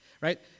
right